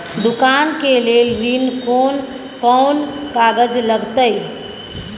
दुकान के लेल ऋण कोन कौन कागज लगतै?